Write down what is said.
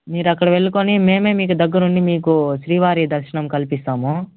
మీరక్కడ వెళ్ళుకుని మేమే మీకు దగ్గరుండి మీకు శ్రీవారి దర్శనం కల్పిస్తాము